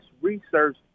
research